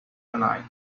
tonight